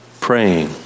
praying